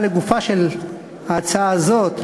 אבל לגופה של ההצעה הזאת,